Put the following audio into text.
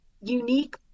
unique